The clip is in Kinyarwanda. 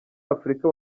afurika